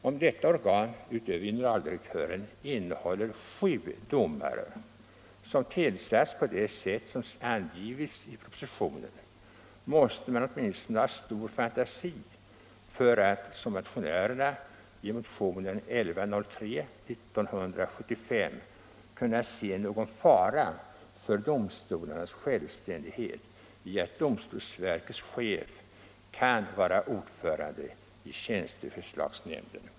Om detta organ utöver generaldirektören innehåller de sju domare som tillsatts på sätt som angivits i propositionen måste man åtminstone ha stor fantasi för att som motionärerna i motionen 1103 kunna se någon fara för domstolarnas självständighet i att domstolsverkets chef kan vara ordförande i tjänsteförslagsnämnden.